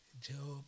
Job